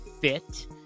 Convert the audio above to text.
fit